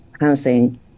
housing